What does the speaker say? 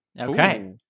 okay